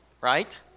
right